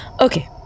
Okay